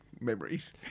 Memories